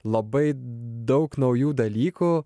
labai daug naujų dalykų